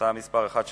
הצעה מס' 1655: